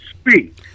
speak